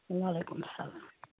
وعلیکُم السلام